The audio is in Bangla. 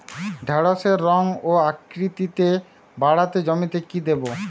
ঢেঁড়সের রং ও আকৃতিতে বাড়াতে জমিতে কি দেবো?